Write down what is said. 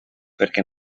perquè